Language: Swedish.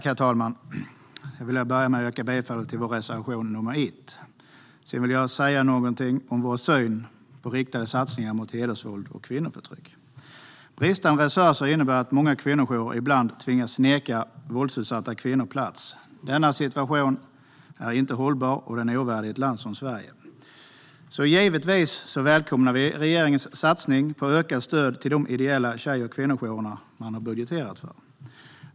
Herr talman! Jag yrkar bifall till vår reservation nr 1. Jag vill säga något om vår syn på riktade satsningar mot hedersvåld och kvinnoförtryck. Bristande resurser innebär att många kvinnojourer ibland tvingas neka våldsutsatta kvinnor plats. Denna situation är inte hållbar. Den är ovärdig ett land som Sverige. Givetvis välkomnar vi den satsning på ökat stöd till de ideella tjej och kvinnojourerna som regeringen budgeterat för.